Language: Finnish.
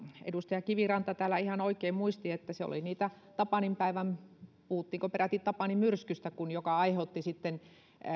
edustaja kiviranta täällä ihan oikein muisti että se oli tapaninpäivän myrsky puhuttiinko peräti tapani myrskystä joka aiheutti sitten